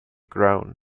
grown